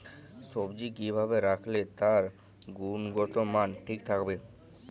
সবজি কি ভাবে রাখলে তার গুনগতমান ঠিক থাকবে?